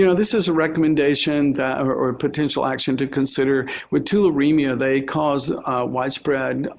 you know this is a recommendation or or potential action to consider with tularemia. they cause widespread